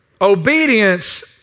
Obedience